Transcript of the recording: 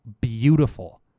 beautiful